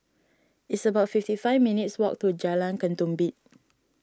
it's about fifty five minutes' walk to Jalan Ketumbit